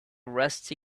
rusty